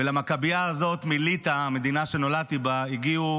ולמכביה הזו מליטא, המדינה שנולדתי בה, הגיעו